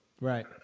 Right